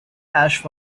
ash